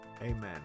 amen